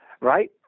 right